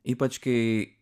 ypač kai